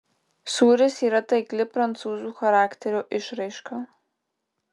sūris yra taikli prancūzų charakterio išraiška